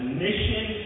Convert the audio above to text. mission